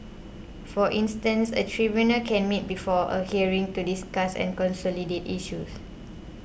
for instance a tribunal can meet before a hearing to discuss and consolidate issues